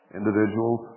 individuals